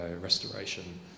restoration